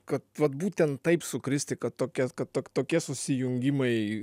kad vat būtent taip sukristi kad tokia kad to tokie susijungimai